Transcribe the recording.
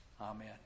Amen